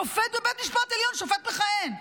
שופט בבית המשפט העליון, שופט מכהן.